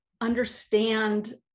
understand